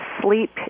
sleep